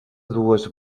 dues